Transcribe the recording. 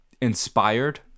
inspired